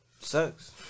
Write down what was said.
Sucks